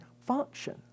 function